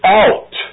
out